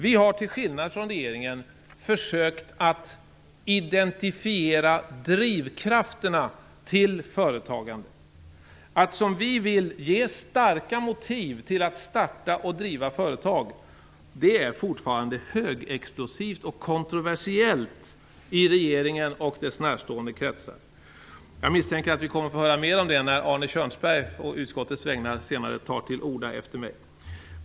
Vi har till skillnad från regeringen försökt identifiera drivkrafterna till företagande. Att som vi vill ge starka motiv till att starta och driva företag är fortfarande högexplosivt och kontroversiellt i regeringen och den närstående kretsar. Jag misstänker att vi kommer att få höra mer om det när Arne Kjörnsberg efter mig tar till orda å utskottets vägnar.